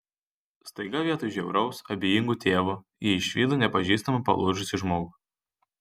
staiga vietoj žiauraus abejingo tėvo ji išvydo nepažįstamą palūžusį žmogų